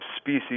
species